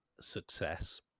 success